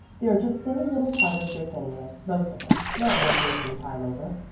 they are just silly little parlor tricks anyway most of them not worth wasting time over.